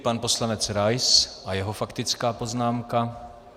Pan poslanec Rais a jeho faktická poznámka.